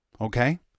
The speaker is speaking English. Okay